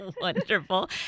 Wonderful